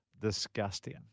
disgusting